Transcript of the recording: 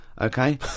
Okay